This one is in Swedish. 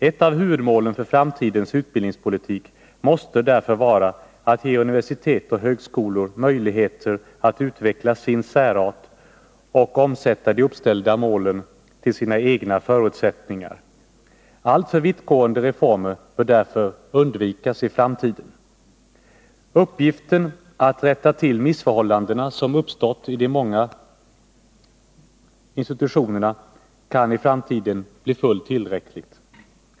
Ett av huvudmålen för framtidens utbildningspolitik måste därför vara att ge universitet och högskolor möjligheter att utveckla sin särart och omsätta de uppställda målen efter sina egna förutsättningar. Alltför vittgående reformer bör därför undvikas i framtiden. Uppgiften att rätta till de missförhållanden som uppstått vid många institutioner kan i framtiden bli fullt tillräcklig.